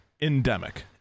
endemic